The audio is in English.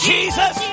Jesus